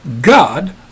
God